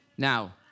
Now